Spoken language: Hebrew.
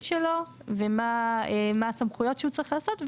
שלו ומה הסמכויות שהוא צריך לעשות.